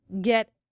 get